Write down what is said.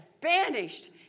banished